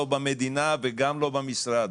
לא במדינה וגם לא במשרד.